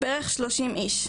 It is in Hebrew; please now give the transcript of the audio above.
בערך 30 איש,